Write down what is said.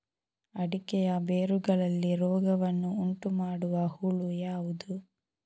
ಅಡಿಕೆಯ ಬೇರುಗಳಲ್ಲಿ ರೋಗವನ್ನು ಉಂಟುಮಾಡುವ ಹುಳು ಯಾವುದು?